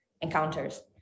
encounters